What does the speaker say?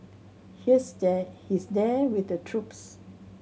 here there he's there with the troops